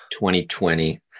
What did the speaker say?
2020